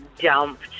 dumped